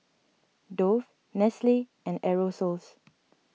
Dove Nestle and Aerosoles